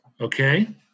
Okay